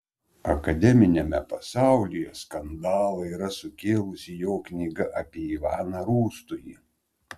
akademiniame pasaulyje skandalą yra sukėlusi jo knyga apie ivaną rūstųjį